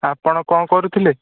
ଆପଣ କ'ଣ କରୁଥିଲେ